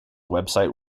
website